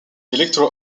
electro